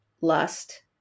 lust